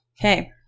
okay